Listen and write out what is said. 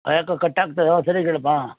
ಯಾಕೋ ಕಟ್ಟಾಗ್ತದೆ ಸರೀಗೆ ಹೇಳಪ್ಪ